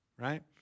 right